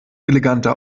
eleganter